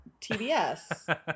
TBS